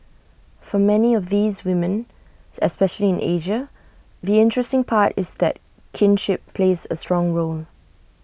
for many of these women especially in Asia the interesting part is that kinship plays A strong role